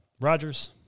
Rogers